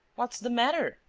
what's the matter?